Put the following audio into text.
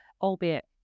albeit